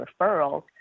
referrals